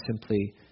simply